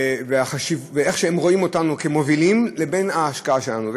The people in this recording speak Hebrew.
ואיך שרואים אותנו כמובילים לבין ההשקעה שלנו.